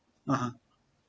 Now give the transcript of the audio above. (uh huh)